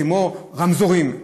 כמו רמזורים,